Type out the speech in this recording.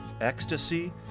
ecstasy